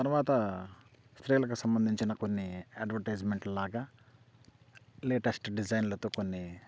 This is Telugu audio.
తర్వాత స్త్రీలకు సంబంధించిన కొన్నిఅడ్వటైజ్మెంట్లాగా లేటెస్ట్ డిజైన్లతో కొన్ని